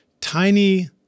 tiny